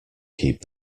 keep